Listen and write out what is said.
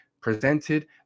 presented